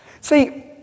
See